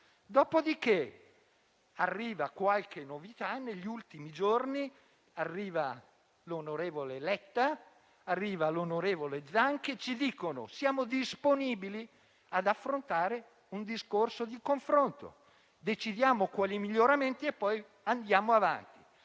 Arriva poi qualche novità; negli ultimi giorni arrivano l'onorevole Letta e l'onorevole Zan che si dicono disponibili ad affrontare un discorso di confronto, decidiamo i miglioramenti e poi andiamo avanti.